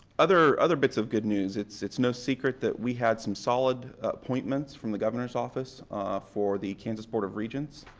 other other bits of good news it's it's no secret we had some solid appointments from the governor's office for the kansas board of regents.